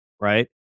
right